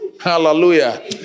Hallelujah